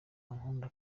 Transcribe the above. ankunda